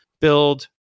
build